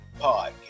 podcast